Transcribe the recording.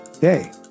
hey